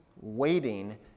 waiting